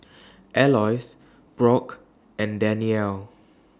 Aloys Brock and Dannielle